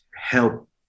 help